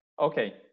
Okay